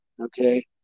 okay